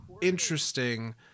interesting